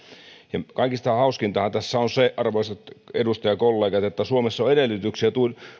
kaikista hauskintahan tässä on se arvoisat edustajakollegat että suomessa on edellytyksiä